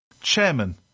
Chairman